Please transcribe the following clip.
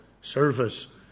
service